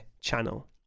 channel